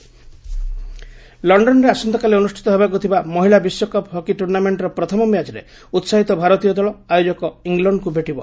hockey women ଲଣ୍ଣନରେ ଆସନ୍ତାକାଲି ଅନୁଷ୍ଠିତ ହେବାକୁ ଥିବା ମହିଳା ବିଶ୍ୱକପ୍ ହକି ଟୁର୍ଣ୍ଣାମେଣ୍ଟର ପ୍ରଥମ ମ୍ୟାଚ୍ରେ ଉତ୍ସାହିତ ଭାରତୀୟ ଦଳ ଆୟୋଜକ ଇଂଲଶ୍ଡକୁ ଭେଟିବ